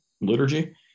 liturgy